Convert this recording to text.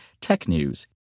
TECHNEWS